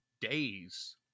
days